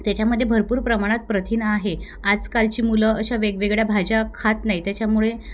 त्याच्यामध्ये भरपूर प्रमाणात प्रथिनं आहे आजकालची मुलं अशा वेगवेगळ्या भाज्या खात नाही त्याच्यामुळे